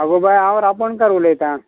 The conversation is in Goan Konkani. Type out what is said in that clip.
आगो बाय हांव रापणकार उलयतां